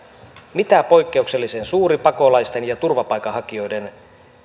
mitä poikkeuksellisen suuri pakolaisten ja turvapaikanhakijoiden